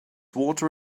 water